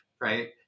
right